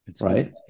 right